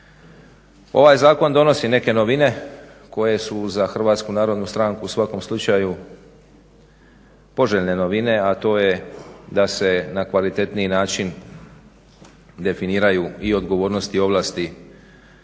Ovaj zakon donosi neke novine koje su za HNS u svakom slučaju poželjne novine, a to je da se na kvalitetniji način definiraju i odgovornosti i ovlasti